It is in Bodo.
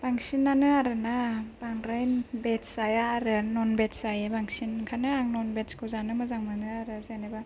बांसिनानो आरोना बांद्राय भेस जाया आरो न'न भेस जायो बांसिन ओंखायनो आं न'न भेसखौ जानो मोजां मोनो आरो जेनैबा